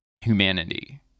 humanity